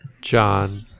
john